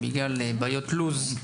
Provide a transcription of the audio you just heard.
זה לא הסתדר בגלל בעיות לו"ז.